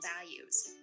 values